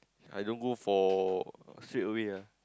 I don't go for straight away ah